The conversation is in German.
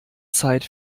zeit